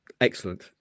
Excellent